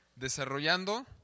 Desarrollando